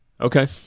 Okay